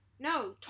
No